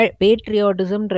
patriotism